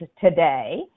today